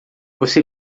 você